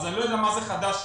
אז אני לא יודע מה זה חדש ישן.